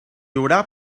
haurà